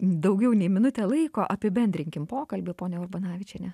daugiau nei minutė laiko apibendrinkim pokalbį ponia urbonavičiene